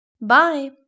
Bye